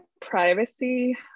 privacy